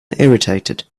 irritated